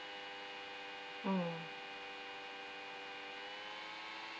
mm